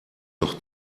doch